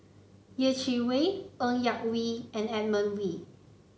Yeh Chi Wei Ng Yak Whee and Edmund Wee